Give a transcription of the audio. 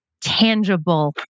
tangible